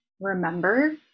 remember